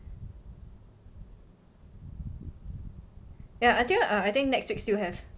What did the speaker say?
ya until I think next week still have